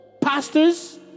pastors